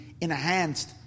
enhanced